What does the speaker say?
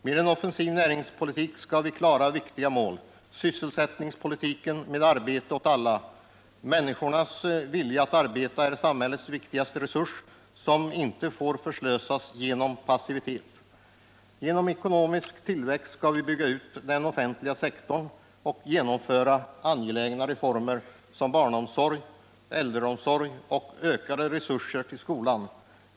Med en offensiv näringspolitik skall vi klara viktiga mål. Vår sysselsättningspolitik innebär arbete åt alla. Människornas vilja att arbeta är samhällets viktigaste resurs, och den får inte förslösas genom passivitet från samhällets sida. På grundval av ekonomisk tillväxt skall vi bygga ut den offentliga sektorn och genomföra angelägna reformer såsom barnomsorg, äldrevård och ökade resurser till skolan.